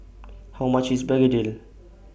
How much IS Begedil